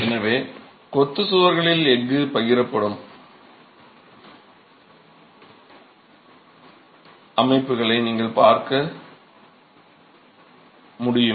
எனவே கொத்து சுவர்களில் எஃகு பகிரப்படும் அமைப்புகளை நீங்கள் பார்க்க முடியும்